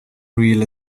real